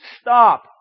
Stop